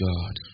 God